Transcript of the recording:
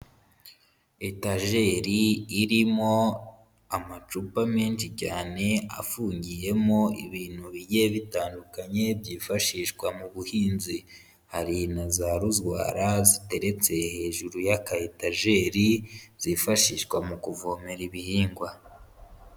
Etajeri irimo amacupa menshi cyane afungiyemo ibintu bigiye bitandukanye byifashishwa mu buhinzi, hari na za ruzwara zitereye hejuru yaka etajeri, zifashishwa mu kuvomera ibihingwa.